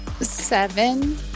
Seven